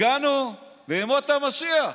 הגענו לימות המשיח.